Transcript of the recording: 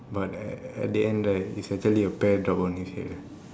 but at at the end right is actually a pear drop on his head eh